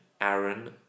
Aaron